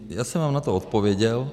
Já jsem vám na to odpověděl.